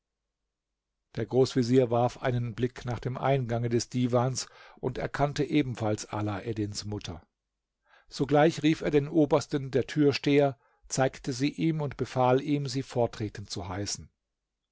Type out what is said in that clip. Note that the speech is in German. der großvezier warf einen blick nach dem eingange des divans und erkannte ebenfalls alaeddins mutter sogleich rief er den obersten der türsteher zeigte sie ihm und befahl ihm sie vortreten zu heißen